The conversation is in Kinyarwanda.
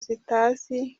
zitazi